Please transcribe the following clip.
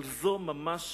אבל זו ממש